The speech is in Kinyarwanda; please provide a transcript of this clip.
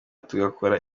tugakora